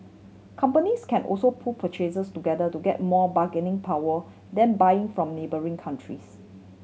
companies can also pool purchases together to get more bargaining power then buying from neighbouring countries